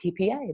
PPA